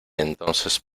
entonces